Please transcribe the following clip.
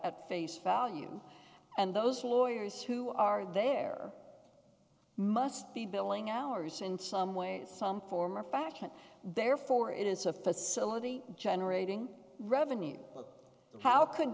at face value and those lawyers who are there must be billing hours in some ways some form or fashion therefore it is a facility generating revenue how could